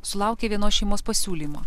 sulaukė vienos šeimos pasiūlymo